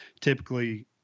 typically